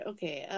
Okay